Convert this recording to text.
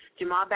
Jamal